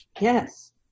yes